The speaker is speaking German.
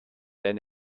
denn